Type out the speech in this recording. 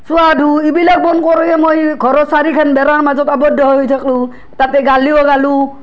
চুৱা ধু ইবিলাক বন কৰিয়ে মই ঘৰৰ চাৰিখেন বেৰাৰ মাজত আৱদ্ধ হৈ থাকলো তাতে গালিও গালো